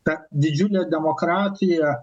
ta didžiulė demokratija